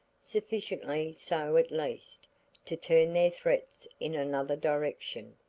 sufficiently so at least to turn their threats in another direction,